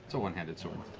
so one-handed sword.